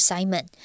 Simon